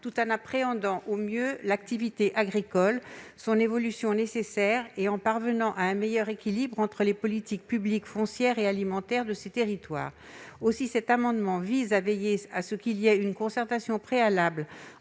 tout en appréhendant au mieux l'activité agricole, son évolution nécessaire, et en parvenant à un meilleur équilibre entre les politiques publiques foncières et alimentaires de ces territoires. Aussi, cet amendement vise à veiller à ce qu'il y ait une concertation préalable